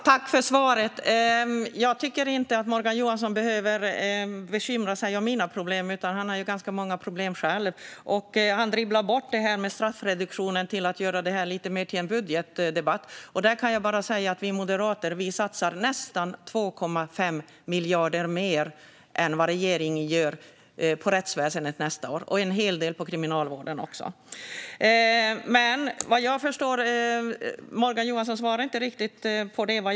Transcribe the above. Herr talman! Jag vill tacka för svaret. Morgan Johansson behöver inte bekymra sig om mina problem. Han har ganska många egna. Han dribblar bort det här med straffreduktionen genom att göra det till mer av en budgetdebatt. Vi moderater satsar nästan 2,5 miljarder mer än regeringen på rättsväsendet för nästa år. Vi satsar också en hel del på kriminalvården. Morgan Johansson svarar inte riktigt på min fråga.